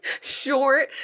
short